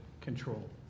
control